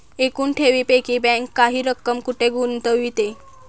एकूण ठेवींपैकी बँक काही रक्कम कुठे गुंतविते?